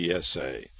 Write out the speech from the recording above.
PSA